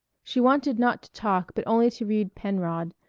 she wanted not to talk but only to read penrod,